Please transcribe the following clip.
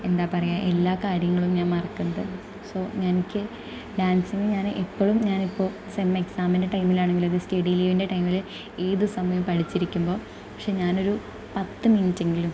എന്താ പറയുക എല്ലാ കാര്യങ്ങളും ഞാൻ മറക്കുന്നത് സോ എനിക്ക് ഡാൻസിന് ഞാൻ ഇപ്പോഴും ഞാനിപ്പോൾ സെമ്മെക്സാമിന്റെ ടൈമിലാണെങ്കിലും അതേ സ്റ്റഡി ലീവിന്റെ ടൈമിൽ ഏതു സമയവും പഠിച്ചിരിക്കുമ്പോൾ പക്ഷേ ഞാനൊരു പത്തു മിനിറ്റ് എങ്കിലും